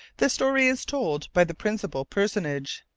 the story is told by the principal personage.